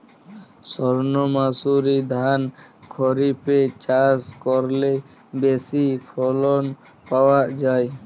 সর্ণমাসুরি ধান খরিপে চাষ করলে বেশি ফলন পাওয়া যায়?